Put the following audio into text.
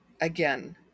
Again